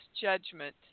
judgment